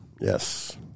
Yes